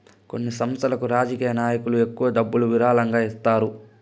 కొన్ని సంస్థలకు రాజకీయ నాయకులు ఎక్కువ డబ్బులు విరాళంగా ఇస్తారు